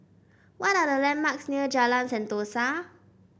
what are the landmarks near Jalan Sentosa